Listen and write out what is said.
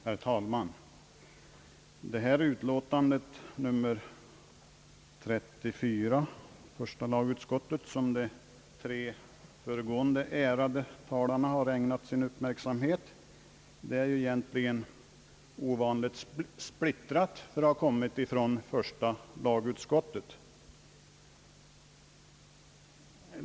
Herr talman! Utlåtandet nr 34 från första lagutskottet, som de tre föregående ärade talarna nu har ägnat uppmärksamhet, är egentligen ovanligt splittrat för att ha kommit från det utskottet.